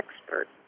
expert